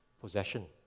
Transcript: possession